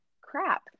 crap